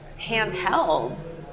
handhelds